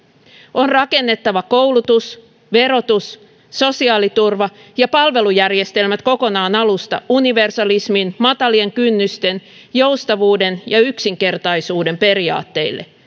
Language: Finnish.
on rakennettava koulutus verotus sosiaaliturva ja palvelujärjestelmät kokonaan alusta universalismin matalien kynnysten joustavuuden ja yksinkertaisuuden periaatteille